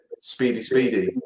speedy-speedy